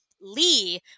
Lee